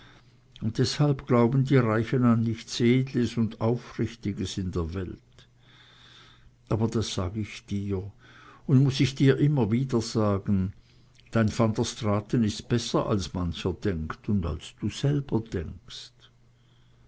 und deshalb glauben die reichen an nichts edles und aufrichtiges in der welt aber das sag ich dir und muß ich dir immer wieder sagen dein van der straaten ist besser als mancher denkt und als du selber denkst